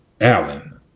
Allen